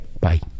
bye